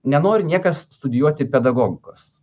nenori niekas studijuoti pedagogikos